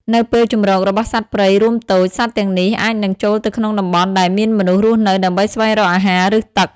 នៅពេលជម្រករបស់សត្វព្រៃរួមតូច សត្វទាំងនោះអាចនឹងចូលទៅក្នុងតំបន់ដែលមានមនុស្សរស់នៅដើម្បីស្វែងរកអាហារ ឬទឹក។